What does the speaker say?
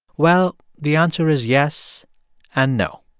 well, the answer is yes and no.